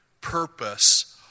purpose